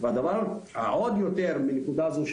בנקודה הזו,